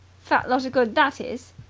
fat lot of good that is!